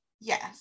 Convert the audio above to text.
Yes